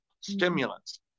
stimulants